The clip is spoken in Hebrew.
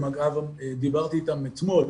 אגב דיברתי איתם אתמול,